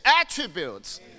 attributes